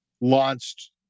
launched